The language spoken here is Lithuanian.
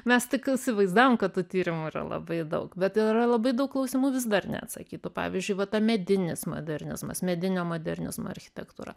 mes tik įsivaizdavom kad tų tyrimų yra labai daug bet yra labai daug klausimų vis dar neatsakytų pavyzdžiui va ta medinis modernizmas medinio modernizmo architektūra